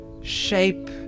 shape